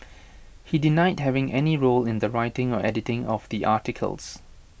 he denied having any role in the writing or editing of the articles